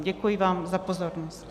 Děkuji vám za pozornost.